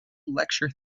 lecture